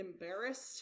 embarrassed